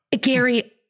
Gary